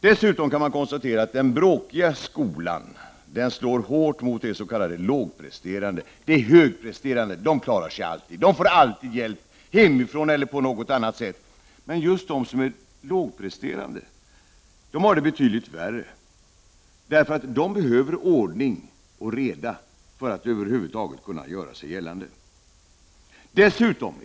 Dessutom kan man konstatera att den bråkiga skolan slår hårt mot de s.k. lågpresterande. De högpresterande klarar sig alltid. De får hjälp hemifrån eller på något annat sätt. De lågpresterande har det betydligt värre, därför att de behöver ordning och reda för att över huvud taget kunna göra sig gällande.